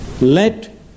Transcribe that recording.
Let